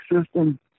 system